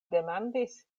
demandis